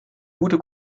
gute